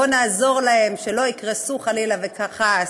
בוא נעזור להם, שלא יקרסו, חלילה וחס.